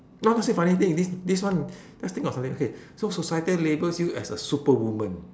no lah say funny thing this this one just think of something okay so society labels you as a superwoman